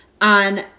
on